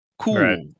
Cool